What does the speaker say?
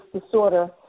disorder